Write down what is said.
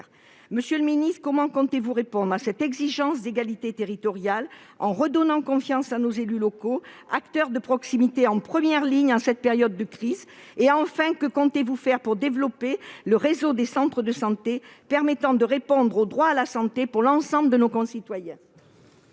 Monsieur le secrétaire d'État, comment comptez-vous répondre à cette exigence d'égalité territoriale et redonner confiance à nos élus locaux, acteurs de proximité en première ligne en cette période de crise ? Que comptez-vous faire pour développer le réseau des centres de santé, qui permettent de mettre en oeuvre le droit à la santé de l'ensemble de nos concitoyens ?